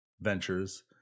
ventures